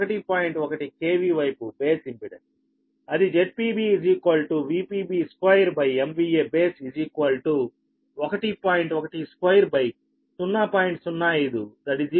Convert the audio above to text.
1 KV వైపు base impedance